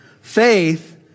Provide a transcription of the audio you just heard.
Faith